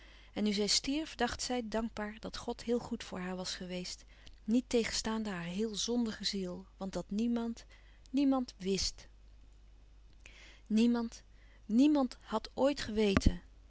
en nu zij stierf dacht zij dankbaar dat god heel goed voor haar was geweest niettegenstaande haar heel zondige ziel want dat niemand niemand wist niemand niemand had ooit geweten